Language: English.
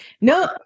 No